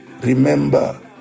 Remember